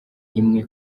imwe